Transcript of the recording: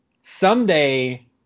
Someday